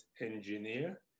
engineer